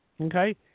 okay